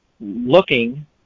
looking